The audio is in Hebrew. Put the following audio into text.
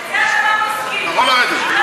את זה אתה לא מזכיר, אתה יכול ללכת.